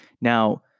Now